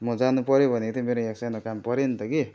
म जानु पऱ्यो भनेको थिएँ मेरो यहाँ सानो काम पऱ्यो नि त कि